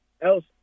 else